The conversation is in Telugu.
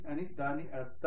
అది దాని అర్థం